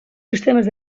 sistemes